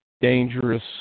dangerous